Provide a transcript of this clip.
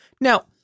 Now